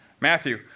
Matthew